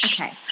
Okay